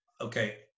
Okay